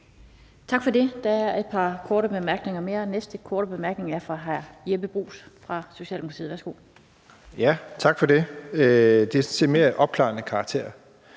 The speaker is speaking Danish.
Tak for det. Der er et par korte bemærkninger mere. Næste korte bemærkning er fra hr. Jeppe Bruus fra Socialdemokratiet. Værsgo. Kl. 16:29 Jeppe Bruus (S): Tak for det. Det her er mere af opklarende karakter.